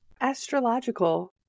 astrological